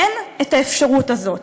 אין האפשרות הזאת.